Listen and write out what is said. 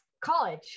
college